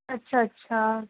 اچھا اچھا